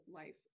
life